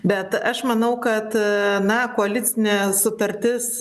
bet aš manau kad na koalicinė sutartis